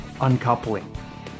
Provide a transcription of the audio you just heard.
uncoupling